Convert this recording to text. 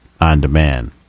on-demand